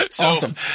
Awesome